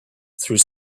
through